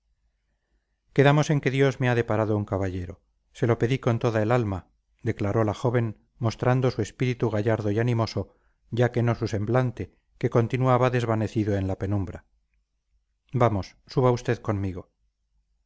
quedamos en que dios me ha deparado un caballero se lo pedí con toda el alma declaró la joven mostrando su espíritu gallardo y animoso ya que no su semblante que continuaba desvanecido en la penumbra vamos suba usted conmigo